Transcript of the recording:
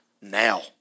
now